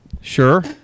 Sure